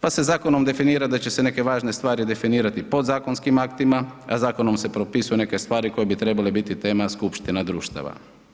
Pa se zakonom definira da će se neke važne stvari definirati podzakonskim aktima, a zakonom se propisuju neke stvari koje bi trebale biti tema skupština društava.